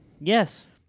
Yes